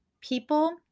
People